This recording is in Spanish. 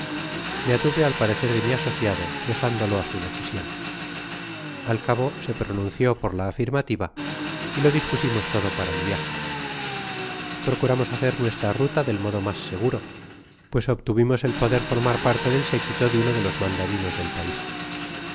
me atuve al parecer de mi asociado dejándolo á su decision al cabo se pronuncio por la afirmativa y lo dispusimos todo para el viaje proseáramos haoer nuestra ruta del modo mas seguro pues obtuvimos el poder formar parte del séquito de uno de los mandarines del pais